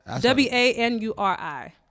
w-a-n-u-r-i